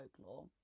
folklore